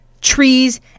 trees